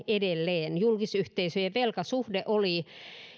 edelleen julkisyhteisöjen velkasuhde oli